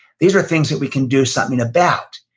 these are things that we can do something about.